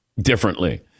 differently